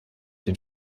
den